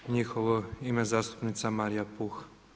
U njihovo ime zastupnica Marija Puh.